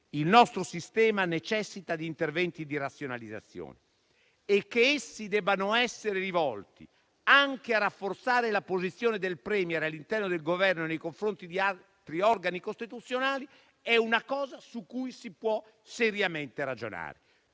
il nostro sistema necessita di interventi di razionalizzazione e che essi debbano essere rivolti anche a rafforzare la posizione del *Premier* all'interno del Governo nei confronti di altri organi costituzionali è una cosa su cui si può seriamente ragionare.